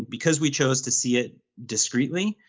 because we chose to see it discreetly,